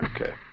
Okay